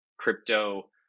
crypto